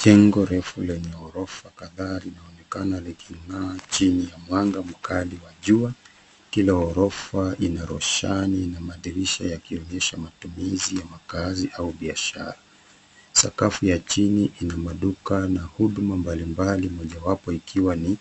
Jengo refu lenye ghorofa kadhaa linaonekana liking'aa chini ya mwanga mkali wa jua. Kila ghorofa ina roshani na madirisha yakionyesha matumizi ya makazi au biashara. Sakafu ya chini ina maduka na huduma mbalimbali mojawapo ikiwa ni